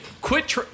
quit